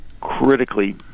critically